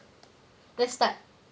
let's start